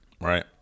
right